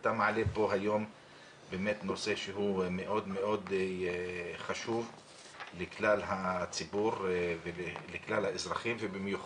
אתה מעלה פה היום נושא חשוב מאוד לכלל הציבור ובמיוחד